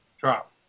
drop